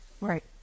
Right